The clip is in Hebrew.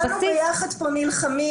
אנחנו כולנו נלחמים פה ביחד,